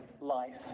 life